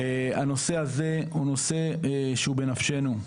הנושא הזה הוא נושא שהוא בנפשנו.